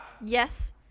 Yes